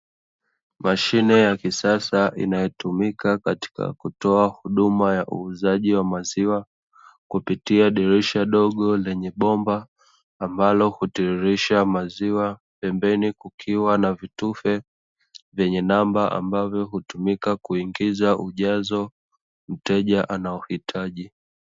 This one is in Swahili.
Mashine ya kisasa inayotumika katika kutoa huduma ya uuzaji wa maziwa kupitia dirisha dogo lenye bomba, ambalo hutiririsha maziwa. Pembeni kukiwa na vitufe vyenye namba ambavyo hutumika kuingiza ujazo mteja anaohitaji.